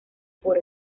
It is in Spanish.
por